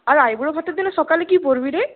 আর আইবুড়ো ভাতের দিনে সকালে কী পরবি রে